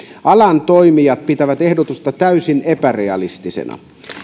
alan toimijat pitävät ehdotusta täysin epärealistisena